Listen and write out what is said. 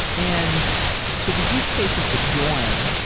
and so the use case of the join,